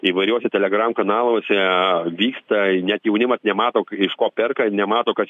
įvairiuose telegram kanaluose vysta net jaunimas nemato iš ko perka nemato kas